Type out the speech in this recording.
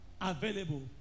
available